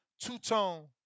Two-tone